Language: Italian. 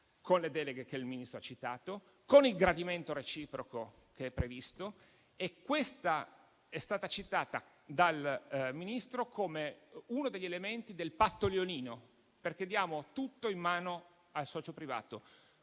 con le deleghe che il Ministro ha citato e con il gradimento reciproco (che è previsto). Questo è stato citato dal Ministro come uno degli elementi del patto leonino, perché diamo tutto in mano al socio privato.